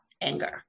anger